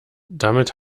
damit